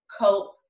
cope